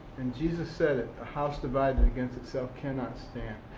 and jesus said it a house divided against itself cannot stand.